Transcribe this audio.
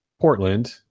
Portland